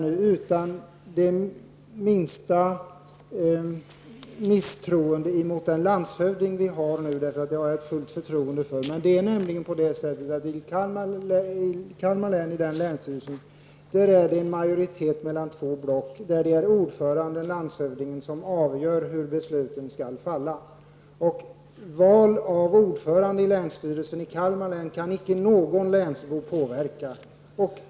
Utan minsta misstroende mot den landshövding vi har nu i Kalmar län -- honom har jag fullt förtroende för -- måste jag säga att länsstyrelsen består av två block och att det är ordföranden, landshövdingen, som avgör hur besluten skall utfalla. Valet av ordförande i länsstyrelsen i Kalmar län kan icke någon länsbo påverka.